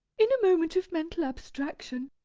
in a moment of mental abstraction,